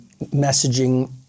messaging